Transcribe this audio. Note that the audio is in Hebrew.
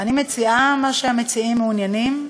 אני מציעה מה שהמציעים מעוניינים.